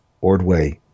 ordway